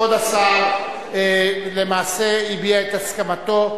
כבוד השר למעשה הביע את הסכמתו,